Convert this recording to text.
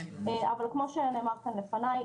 אבל כמו שנאמר כאן לפניי,